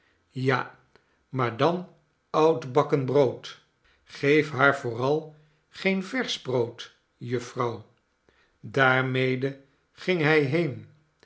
ja maar dan oudbakken brood geef haar vooral geen versch brood juffrouw daarmede ging hij heen